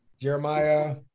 Jeremiah